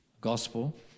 gospel